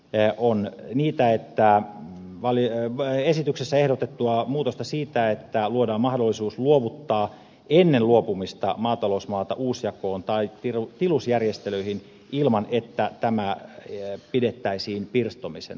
esityksessä on niitä heittää valinneen väen esityksessä ehdotettu muutosta siinä että luodaan mahdollisuus luovuttaa ennen luopumista maatalousmaata uusjakoon tai tilusjärjestelyihin ilman että tätä pidettäisiin pirstomisena